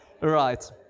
right